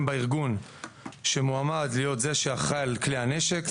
בארגון שמועמד להיות זה שאחראי על כלי הנשק,